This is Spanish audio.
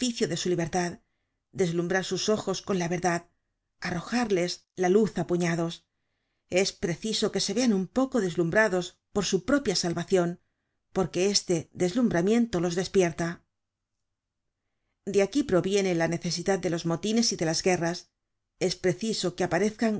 de su libertad deslumbrar sus ojos con la verdad arrojarles la luz á puñados es preciso que se vean un poco deslumbrados para su propia salvacion porque este deslumbramiento los despierta de aquí proviene la necesidad de los motines y de las guerras es preciso que aparezcan